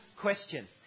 question